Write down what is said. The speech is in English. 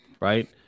right